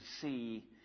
see